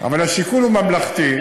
אבל השיקול הוא ממלכתי,